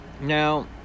Now